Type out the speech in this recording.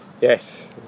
yes